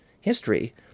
history